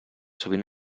sovint